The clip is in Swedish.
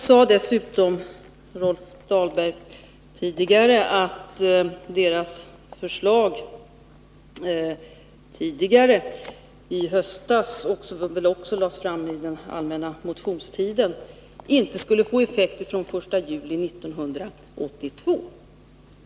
Rolf Dahlberg sade dessutom tidigare att moderaternas förslag i höstas, som väl också lades fram under den allmänna motionstiden, inte skulle få effekt från den 1 juli 1982.